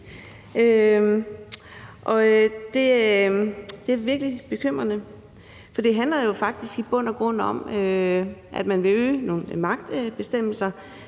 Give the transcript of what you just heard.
Det er virkelig bekymrende, for det handler jo faktisk i bund og grund om, at man vil øge nogle magtbeføjelser